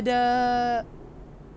the